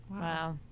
Wow